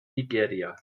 nigeria